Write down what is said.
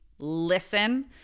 listen